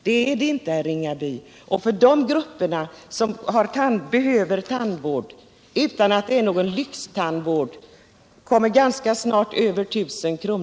Så är det inte, herr Ringaby, utan de grupper som behöver tandvård, även om det inte är någon tandvård för hela livet, kommer ganska snart upp i belopp över 1000 kr.